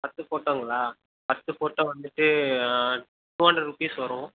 பத்து ஃபோட்டோங்களா பத்து ஃபோட்டோ வந்துவிட்டு டூ ஹண்ட்ரட் ரூபிஸ் வரும்